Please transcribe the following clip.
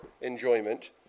enjoyment